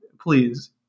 Please